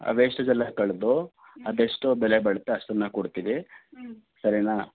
ಆ ವೇಸ್ಟೇಜೆಲ್ಲ ಕಳೆದು ಅದೆಷ್ಟು ಬೆಲೆ ಬಾಳುತ್ತೆ ಅಷ್ಟನ್ನು ಕೊಡ್ತೀವಿ ಸರಿಯಾ